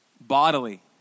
bodily